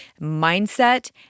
mindset